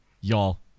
y'all